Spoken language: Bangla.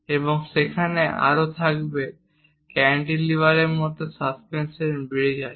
এবং সেখানে আরও থাকবে ক্যান্টিলিভারের মতো সাস্পেনশন ব্রিজআছে